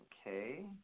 Okay